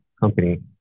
company